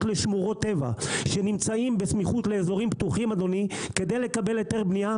לשמורות טבע ולאזורים פתוחים אם זה רק היתר בנייה,